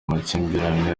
amakimbirane